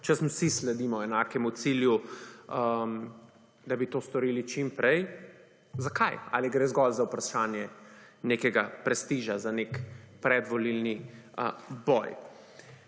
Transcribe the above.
če vsi sledimo enakemu cilju, da bi to storili čim prej. Zakaj? Ali gre zgolj za vprašanje nekega prestiža za nek predvolilni boj?